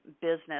business